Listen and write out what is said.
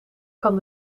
kan